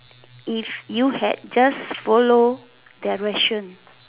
if you had just follow direction